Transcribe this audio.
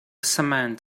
cement